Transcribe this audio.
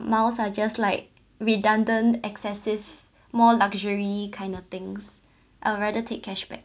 miles are just like redundant excessive more luxury kind of things I'd rather take cashback